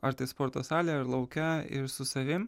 ar tai sporto salėj ar lauke ir su savim